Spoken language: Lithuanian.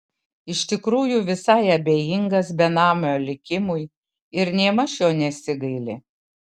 iš tikrųjų visai abejingas benamio likimui ir nėmaž jo nesigaili